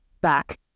back